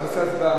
אנחנו נעשה הצבעה.